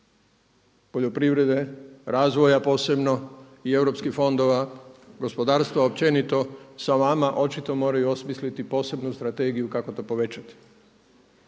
poljoprivrede, razvoja posebno i europskih fondova, gospodarstva općenito, sa vama očito moraju osmisliti posebnu strategiju kako to povećati.